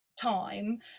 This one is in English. time